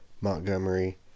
Montgomery